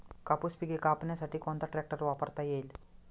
कापूस पिके कापण्यासाठी कोणता ट्रॅक्टर वापरता येईल?